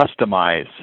customize